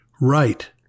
Right